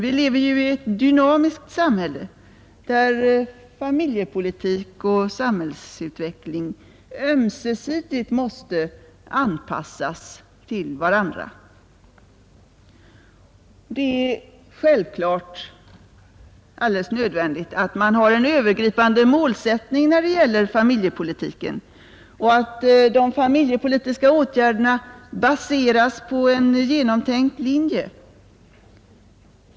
Vi lever ju i ett dynamiskt samhälle, där familjepolitik och samhällsutveckling ömsesidigt måste anpassas till varandra, Det är självklart alldeles nödvändigt att man har en övergripande målsättning när det gäller familjepolitiken och att de familjepolitiska åtgärderna baseras på en genomtänkt linje.